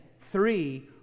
three